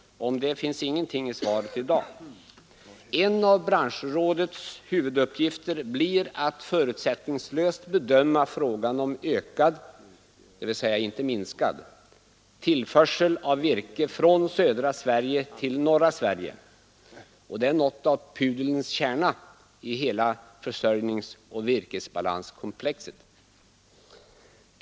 Om detta finns ingenting i svaret i dag. En av branschrådets huvuduppgifter blir att förutsättningslöst bedöma frågan om ökad — dvs. inte minskad — tillförsel av virke från södra till norra Sverige. Och det är något av pudelns kärna i hela försörjningsoch virkesbalanskomplexet.